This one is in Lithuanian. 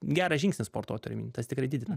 geras žingsnis sportuot turiu omeny tas tikrai didina